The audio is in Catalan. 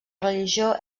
religió